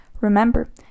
Remember